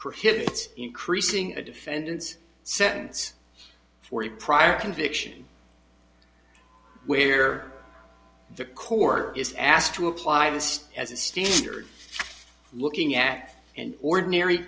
prohibits increasing the defendant's sentence for the prior conviction where the court is asked to apply this as a standard looking at and ordinary